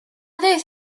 ddaeth